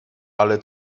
ale